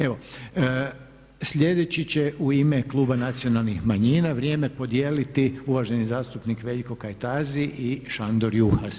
Evo, sljedeći će u ime kluba Nacionalnih manjina vrijeme podijeliti uvaženi zastupnik Veljko Kajtazi i Šandor Juhas.